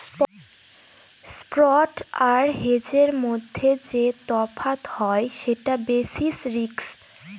spot আর হেজের মধ্যে যে তফাৎ হয় সেটা বেসিস রিস্ক